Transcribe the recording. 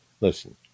Listen